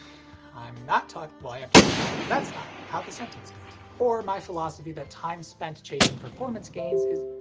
i'm not talk, well i am talking about it but that's not how the sentence goes. or my philosophy that time spent chasing performance gains is,